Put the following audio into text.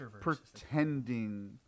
pretending